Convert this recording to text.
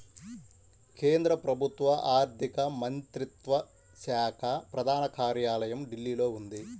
కేంద్ర ప్రభుత్వ ఆర్ధిక మంత్రిత్వ శాఖ ప్రధాన కార్యాలయం ఢిల్లీలో ఉంది